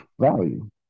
value